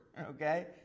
okay